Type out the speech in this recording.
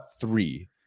three